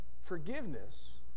Forgiveness